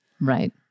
Right